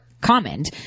comment